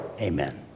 Amen